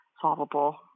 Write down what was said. solvable